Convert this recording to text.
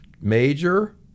Major